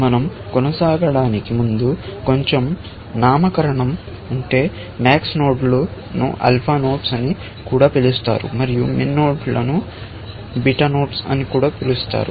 మనం కొనసాగడానికి ముందు కొంచెం నామకరణం max నోడ్లను ఆల్ఫా నోడ్స్ అని కూడా పిలుస్తారు మరియు min నోడ్స్ను బీటా నోడ్స్ అని కూడా పిలుస్తారు